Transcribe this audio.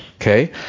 okay